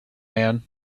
man